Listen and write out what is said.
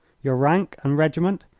your rank and regiment?